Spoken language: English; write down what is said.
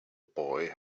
boy